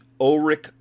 Ulrich